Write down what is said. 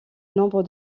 nombre